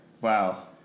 Wow